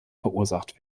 verursacht